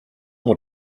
want